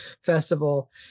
Festival